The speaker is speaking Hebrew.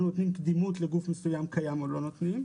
נותנים קדימות לגוף מסויים קיים או לא נותנים,